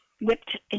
whipped